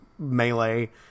Melee